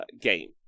game